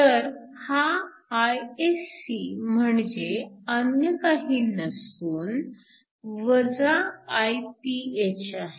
तर हा Isc म्हणजे अन्य काही नसून Iph आहे